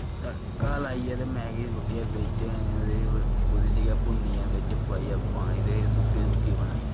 तड़का लाइयै ते मैगी सुट्टियै बिच्च ते ओह्दे च गै भुन्नियै बिच्च पाइयै पानी ते सुक्की सुक्की बनाई